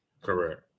Correct